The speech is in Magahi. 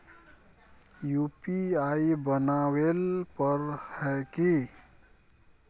यु.पी.आई बनावेल पर है की?